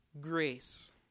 Grace